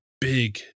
big